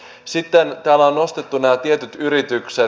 sitten täällä on nostettu nämä tietyt yritykset